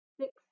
six